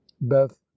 Beth